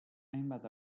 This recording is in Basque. hainbat